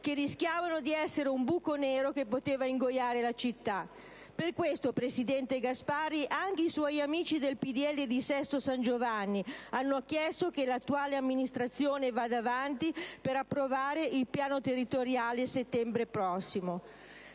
rischiavano di essere un buco nero che poteva ingoiare la città. Per questo, presidente Gasparri, anche suoi amici del PdL di Sesto San Giovanni hanno chiesto che l'attuale amministrazione vada avanti per approvare il piano territoriale nel settembre prossimo.